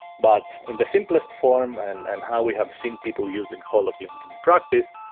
but in the simplest form and and how we have seen people using holoclean in practice,